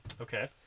Okay